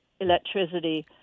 electricity